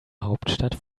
hauptstadt